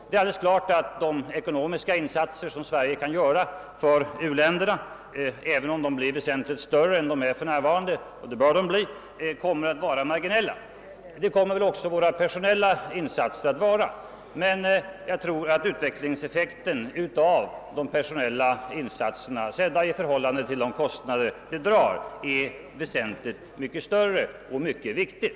Det är alldeles klart att de ekonomiska insatser som Sverige kan göra för u-länderna även om de blir väsentligt större än de är för närvarande, vilket de bör bli — kommer att vara marginella. Det kommer väl också våra personella insatser att vara, men jag tror att utvecklingseffekten av de personella insatserna är synnerligen stor i förhållande till de kostnader de drar och dessutom mycket viktig.